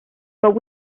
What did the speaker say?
but